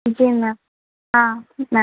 जी ma'am हाँ ma'am